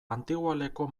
antigoaleko